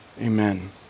Amen